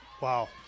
Wow